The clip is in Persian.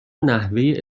نحوه